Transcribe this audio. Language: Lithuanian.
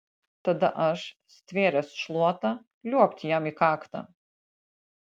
tada aš stvėręs šluotą liuobt jam į kaktą